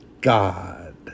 God